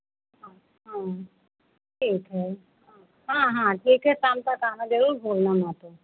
आओ ठीक है हाँ हाँ ठीक है शाम तक आना ज़रूर बोलना वहाँ पर